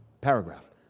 paragraph